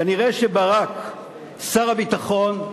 כנראה ברק, שר הביטחון,